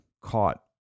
caught